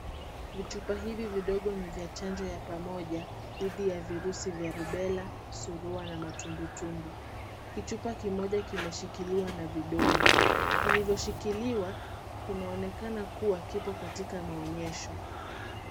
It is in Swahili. Vichupa hivi vidogo ni vya chanjo ya pamoja dhidi ya virusi vya rubela, surua na matubwitubwi. Kichupa kimoja kimeshikiliwa na vidole, kilivyoshikiliwa kinaonekana kuwa kiko katika maonyesho.